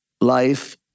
life